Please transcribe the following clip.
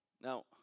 Now